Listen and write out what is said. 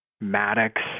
Maddox